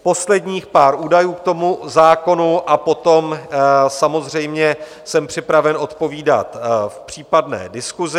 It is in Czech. Posledních pár údajů k tomu zákonu a potom samozřejmě jsem připraven odpovídat v případné diskusi.